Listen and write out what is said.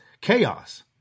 chaos